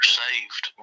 saved